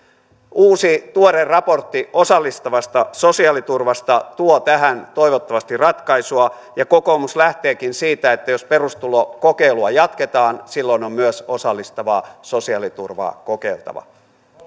uusi tuore raportti osallistavasta sosiaaliturvasta tuo tähän toivottavasti ratkaisua ja kokoomus lähteekin siitä että jos perustulokokeilua jatketaan silloin on myös osallistavaa sosiaaliturvaa kokeiltava